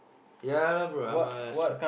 ya lah bro I'm a